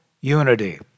unity